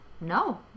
No